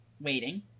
waiting